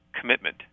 commitment